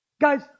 Guys